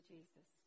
Jesus